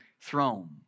throne